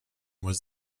was